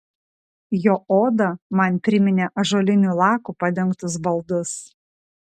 jo oda man priminė ąžuoliniu laku padengtus baldus